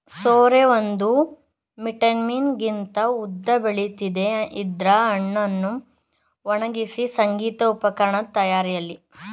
ಸೋರೆ ಒಂದು ಮೀಟರ್ಗಿಂತ ಉದ್ದ ಬೆಳಿತದೆ ಇದ್ರ ಹಣ್ಣನ್ನು ಒಣಗ್ಸಿ ಸಂಗೀತ ಉಪಕರಣದ್ ತಯಾರಿಯಲ್ಲಿ ಬಳಸ್ತಾರೆ